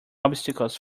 obstacles